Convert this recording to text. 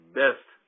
best